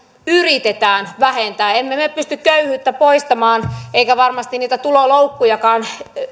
yritetään vähentää emme me me pysty köyhyyttä poistamaan eikä varmasti niitä tuloloukkujakaan